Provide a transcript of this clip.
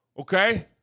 Okay